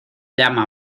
llama